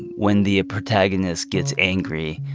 when the protagonist gets angry,